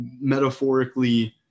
metaphorically